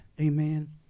Amen